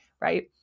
right